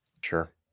Sure